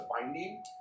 Binding